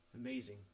Amazing